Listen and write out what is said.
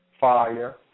fire